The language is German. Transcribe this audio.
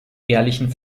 ehrlichen